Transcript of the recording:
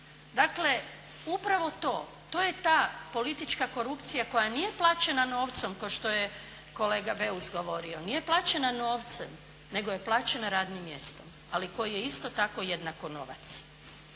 Dakle, upravo to. To je ta politička korupcija koja nije plaćena novcem kao što je kolega Beus govorio. Nije plaćena novcem nego je plaćena radnim mjestom, ali koje je isto tako jednako novac.